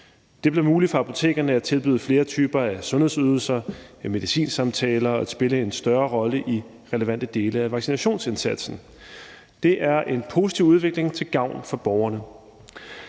Det bliver muligt for apotekerne at tilbyde flere typer af sundhedsydelser: medicinsamtaler og at spille en større rolle i relevante dele af vaccinationsindsatsen. Det er en positiv udvikling til gavn for borgerne.